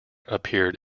appeared